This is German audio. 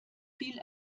viel